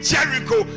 Jericho